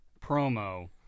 promo